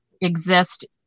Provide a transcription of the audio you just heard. exist